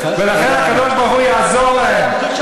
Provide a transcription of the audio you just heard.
ולכן הקדוש-ברוך-הוא יעזור להם,